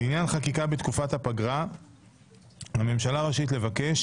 לעניין חקיקה בתקופת הפגרה - הממשלה רשאית לבקש